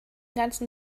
ganzen